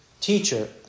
teacher